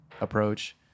approach